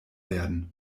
werden